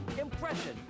impression